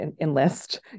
enlist